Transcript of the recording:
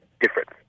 difference